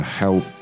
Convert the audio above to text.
help